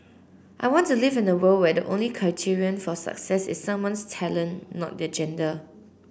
I want to live in a world where the only criterion for success is someone's talent not their gender